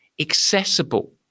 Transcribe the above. accessible